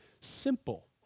simple